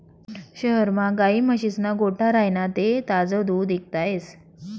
शहरमा गायी म्हशीस्ना गोठा राह्यना ते ताजं दूध इकता येस